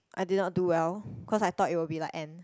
I did not do well cause I thought it will be like N